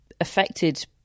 affected